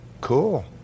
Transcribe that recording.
cool